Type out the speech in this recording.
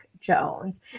Jones